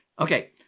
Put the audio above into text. Okay